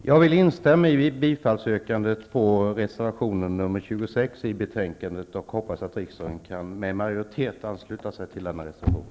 Herr talman! Jag vill instämma i yrkandet om bifall till reservation 26 och hoppas att en majoritet i riksdagen kan ansluta sig till denna reservation.